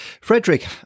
Frederick